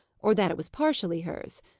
or that it was partially hers.